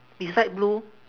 beside blue